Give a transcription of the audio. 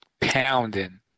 pounding